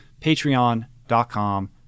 patreon.com